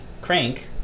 crank